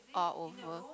all over